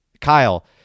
Kyle